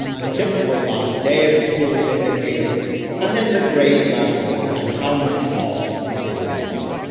um the typical last day of school is indicated and then the grade levels and how much loss is involved.